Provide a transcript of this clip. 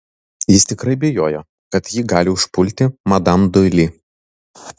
jis tikrai bijojo kad ji gali užpulti madam doili